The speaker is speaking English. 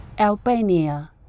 Albania